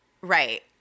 Right